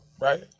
right